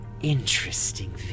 interesting